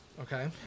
Okay